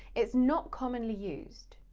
it's not commonly used.